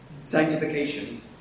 Sanctification